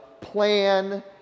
plan